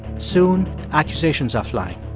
soon, accusations are flying.